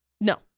No